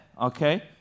Okay